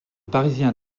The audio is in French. parisiens